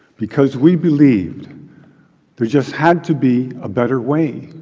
because we believed there just had to be a better way.